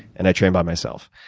and i train by myself.